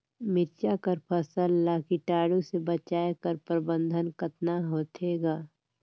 मिरचा कर फसल ला कीटाणु से बचाय कर प्रबंधन कतना होथे ग?